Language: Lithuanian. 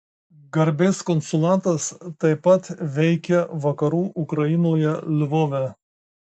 garbės konsulatas taip pat veikia vakarų ukrainoje lvove